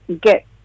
get